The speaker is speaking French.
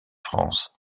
france